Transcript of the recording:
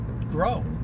grow